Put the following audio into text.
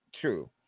True